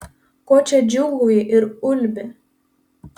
ko čia džiūgauji ir ulbi